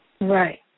Right